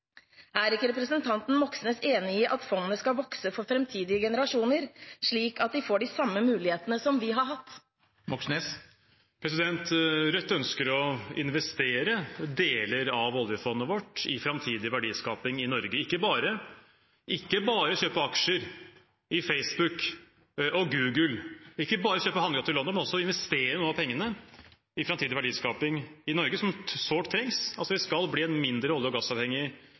Er ikke representanten Moxnes enig i at fondet skal vokse for framtidige generasjoner, slik at de får de samme mulighetene som vi har hatt? Rødt ønsker å investere deler av oljefondet vårt i framtidig verdiskaping i Norge – ikke bare kjøpe aksjer i Facebook og Google, ikke bare kjøpe handlegater i London, men også investere noe av pengene i framtidig verdiskaping i Norge, som sårt trengs. Vi skal bli en mindre olje- og gassavhengig